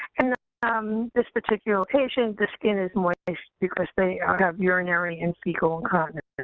and um this particular patient, the skin is moist because they have urinary and fecal incontinence.